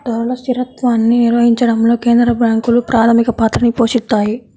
ధరల స్థిరత్వాన్ని నిర్వహించడంలో కేంద్ర బ్యాంకులు ప్రాథమిక పాత్రని పోషిత్తాయి